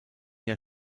jahr